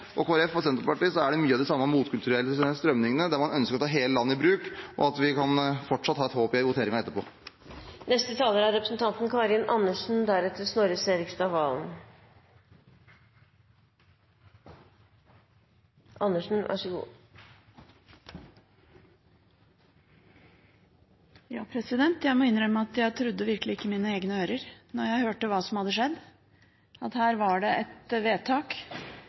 og Senterpartiet er mange av de samme motkulturelle strømningene, der man ønsker å ta hele landet i bruk – sånn at vi kan fortsatt ha håp for voteringen etterpå. Jeg må innrømme at jeg virkelig ikke trodde mine egne ører da jeg hørte hva som hadde skjedd, at det her var skapt et flertall i en sak der det har vært et